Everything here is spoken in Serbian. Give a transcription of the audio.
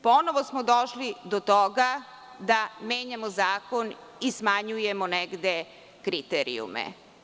Ponovo smo došli do toga da menjamo zakon i smanjujemo negde kriterijume.